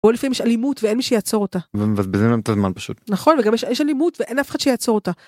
או לפעמים יש אלימות ואין מי שיעצור אותה. ומבזבזים לנו את הזמן פשוט. נכון וגם יש אלימות ואין אף אחד שיעצור אותה.